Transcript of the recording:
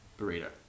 burrito